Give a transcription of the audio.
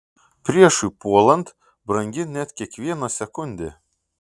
priešui puolant brangi net kiekviena sekundė